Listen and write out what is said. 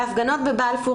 ההפגנות בבלפור